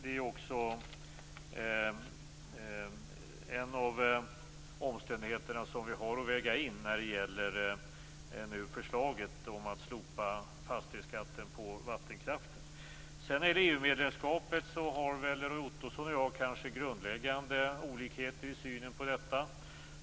Det är en av de omständigheter som vi har att väga in när det gäller förslaget om att slopa fastighetsskatten på vattenkraften. Roy Ottosson och jag har kanske grundläggande olikheter i synen på EU-medlemskapet.